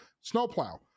snowplow